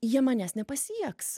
jie manęs nepasieks